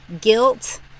guilt